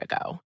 ago